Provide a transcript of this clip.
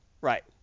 Right